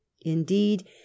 Indeed